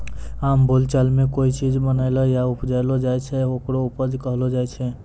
आम बोलचाल मॅ कोय चीज बनैलो या उपजैलो जाय छै, होकरे उपज कहलो जाय छै